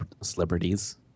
celebrities